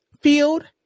field